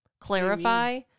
clarify